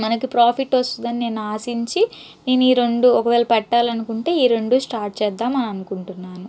మనకి ప్రాఫిట్ వస్తుందని నేనాశించి నేను ఈ రెండు ఒకవేళ పెట్టాలనుకుంటే ఈ రెండు స్టార్ట్ చేద్దాం అననుకుంటున్నాను